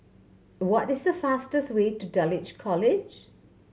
what is the fastest way to Dulwich College